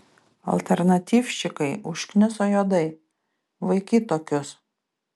alternatyvščikai užkniso juodai vaikyt tokius